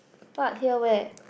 what here where